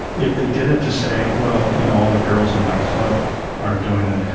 if they did it to say well you know all the girls in my club are doing it,